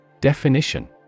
Definition